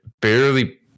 Barely